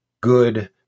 good